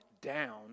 down